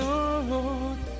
Lord